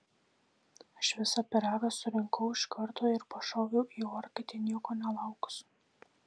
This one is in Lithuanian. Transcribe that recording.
aš visą pyragą surinkau iš karto ir pašoviau į orkaitę nieko nelaukus